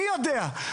אני יודע.